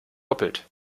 doppelt